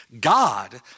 God